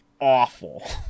awful